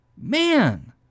Man